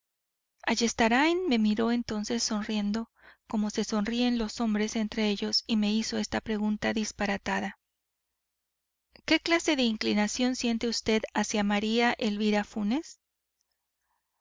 mismo tiempo en guardia ayestarain me miró entonces sonriendo como se sonríen los hombres entre ellos y me hizo esta pregunta disparatada qué clase de inclinación siente vd hacia maría elvira funes